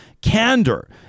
candor